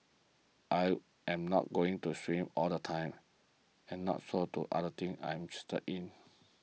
I am not going to swim all the time and not so do other things I'm interested in